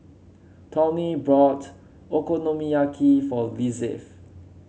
Tawny bought Okonomiyaki for Lizeth